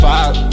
Five